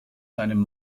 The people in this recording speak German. seinem